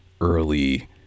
early